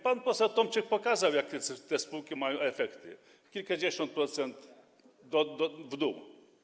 Pan poseł Tomczyk pokazał, jakie te spółki mają efekty - kilkadziesiąt procent w dół.